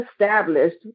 established